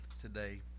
today